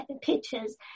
pictures